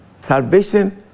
Salvation